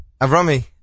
Avrami